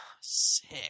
Sick